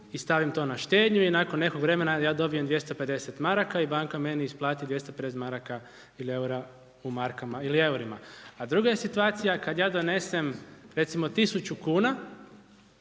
i stavim to na štednju i nakon nekog vremena ja dobijem 250 maraka i banka meni isplati 250 maraka ili eura u markama ili eurima. A druga je situacija kad ja donesem recimo 1000 kuna